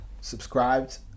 subscribed